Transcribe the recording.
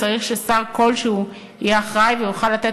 צריך ששר כלשהו יהיה אחראי ויוכל לתת